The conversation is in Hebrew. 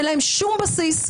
אין להן שום בסיס,